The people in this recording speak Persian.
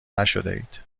نشدهاید